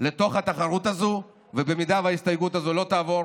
לתוך התחרות הזו, ואם ההסתייגות הזו לא תעבור